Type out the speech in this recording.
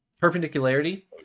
Perpendicularity